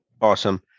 Awesome